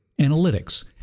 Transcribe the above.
analytics